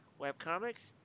webcomics